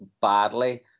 badly